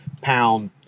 pound